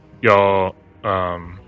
y'all